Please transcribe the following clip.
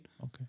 Okay